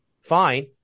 Fine